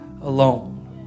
alone